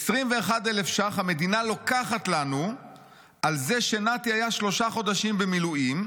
21,000 ש"ח המדינה לוקחת לנו על זה שנתי היה שלושה חודשים במילואים,